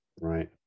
Right